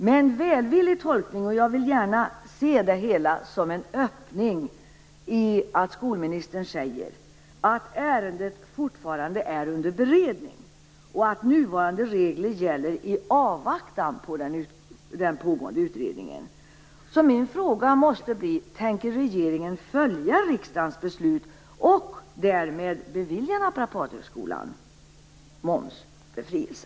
Med en välvillig tolkning kan jag se en öppning i att skolministern säger att ärendet fortfarande är under beredning, och att nuvarande regler gäller i avvaktan på den pågående utredningen. Min fråga måste bli: Tänker regeringen följa riksdagens beslut och därmed bevilja naprapathögskolan momsbefrielse?